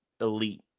elite